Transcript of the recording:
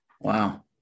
Wow